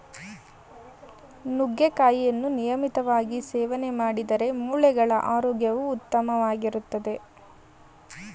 ನುಗ್ಗೆಕಾಯಿಯನ್ನು ನಿಯಮಿತವಾಗಿ ಸೇವನೆ ಮಾಡಿದ್ರೆ ಮೂಳೆಗಳ ಆರೋಗ್ಯವು ಉತ್ತಮವಾಗಿರ್ತದೆ